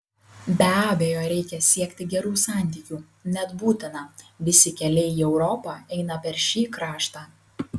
be abejo reikia siekti gerų santykių net būtina visi keliai į europą eina per šį kraštą